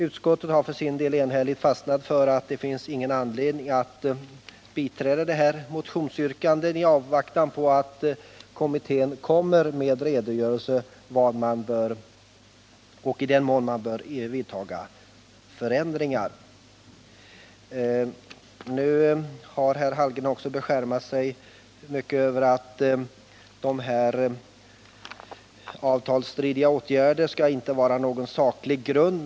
Utskottet har för sin del enhälligt beslutat att det inte finns någon anledning att biträda motionsyrkandet innan kommittén presenterar en redogörelse för i vad mån man bör vidta förändringar. Karl Hallgren har också beskärmat sig över att avtalsstridiga åtgärder skall få utgöra saklig grund för uppsägning eller avsked.